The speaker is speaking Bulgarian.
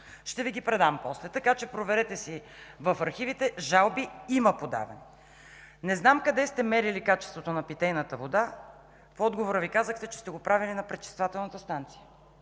Ще Ви ги предам после. Проверете си в архивите: има подадени жалби! Не знам къде сте мерили качеството на питейната вода. В отговора си казвате, че сте го правили на пречиствателната станция.